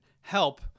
help